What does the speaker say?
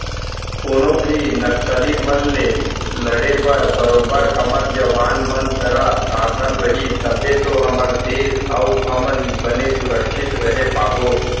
कोनो भी नक्सली मन ले लड़े बर बरोबर हमर जवान मन करा साधन रही तभे तो हमर देस अउ हमन बने सुरक्छित रहें पाबो